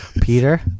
Peter